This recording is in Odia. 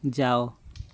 ଯାଅ